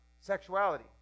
sexuality